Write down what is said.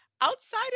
outside